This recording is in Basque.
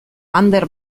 ander